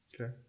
Okay